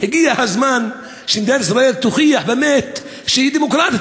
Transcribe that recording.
הגיע הזמן שמדינת ישראל תוכיח באמת שהיא דמוקרטית.